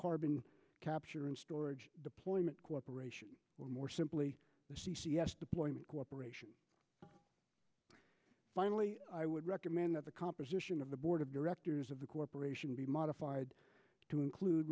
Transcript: carbon capture and storage deployment corporation or more simply the c c s deployment corporation finally i would recommend that the composition of the board of directors of the corporation be modified to include